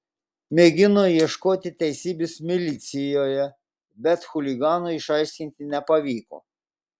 mėgino ieškoti teisybės milicijoje bet chuligano išaiškinti nepavyko